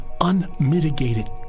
unmitigated